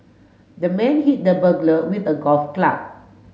the man hit the burglar with a golf club